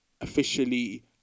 officially